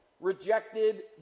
rejected